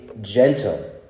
gentle